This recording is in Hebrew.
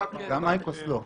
גם אייקוס לא.